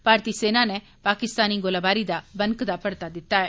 भारतीय सेना नै पाकिस्तानी गोलाबारी दा बनकदा परता दित्ता ऐ